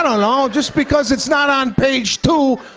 and know. just because it's not on page two,